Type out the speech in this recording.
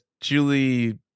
Julie